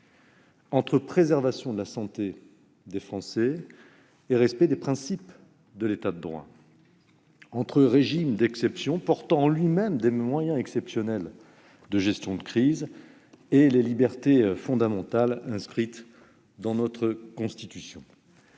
entre la préservation de la santé des Français et le respect des principes de l'État de droit, d'une part ; entre un régime d'exception portant en lui-même des moyens exceptionnels de gestion de crise et les libertés fondamentales inscrites dans notre Constitution,